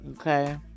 okay